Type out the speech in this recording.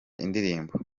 indirimbo